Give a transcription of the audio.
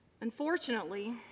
Unfortunately